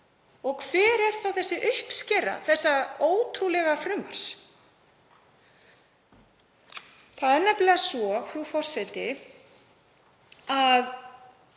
Og hver er þá uppskera þessa ótrúlega frumvarps? Það er nefnilega svo, frú forseti, að